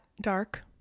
dark